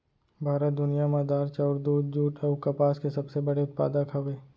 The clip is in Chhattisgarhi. भारत दुनिया मा दार, चाउर, दूध, जुट अऊ कपास के सबसे बड़े उत्पादक हवे